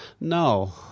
No